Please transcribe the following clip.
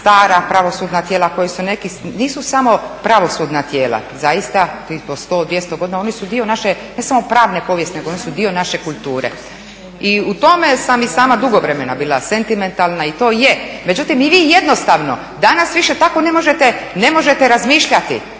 stara pravosudna tijela, nisu samo pravosudna tijela zaista po 100, 200 godina oni su dio naše ne samo pravne povijesti oni su dio naše kulture. I u tome sam i sama dugo vremena bila sentimentalna i to je, međutim vi jednostavno danas više ne možete tako razmišljati.